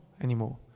anymore